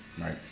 Right